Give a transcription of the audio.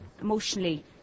emotionally